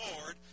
Lord